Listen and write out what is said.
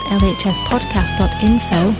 lhspodcast.info